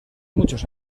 muchos